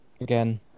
Again